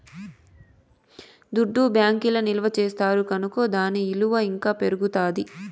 దుడ్డు బ్యాంకీల్ల నిల్వ చేస్తారు కనుకో దాని ఇలువ ఇంకా పెరుగుతాది